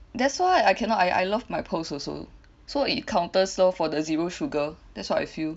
that's why I cannot I I love my pearls also so it counters off for the zero sugar that's how I feel